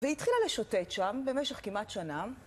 והתחילה לשוטט שם במשך כמעט שנה.